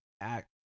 act